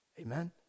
Amen